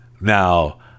Now